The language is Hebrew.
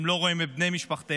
הם לא רואים את בני משפחותיהם.